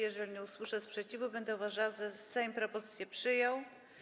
Jeżeli nie usłyszę sprzeciwu, będę uważała, że Sejm propozycję przyjął.